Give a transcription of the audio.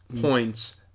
points